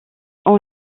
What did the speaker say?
ont